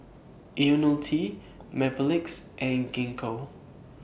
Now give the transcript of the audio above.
Ionil T Mepilex and Gingko